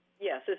Yes